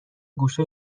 گوشه